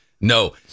No